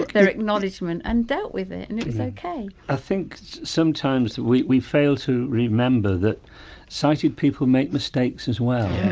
their acknowledgement and dealt with it and it was okay mcfarlane i think sometimes we we fail to remember that sighted people make mistakes as well.